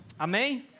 Amém